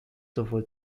sowohl